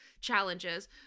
challenges